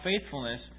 faithfulness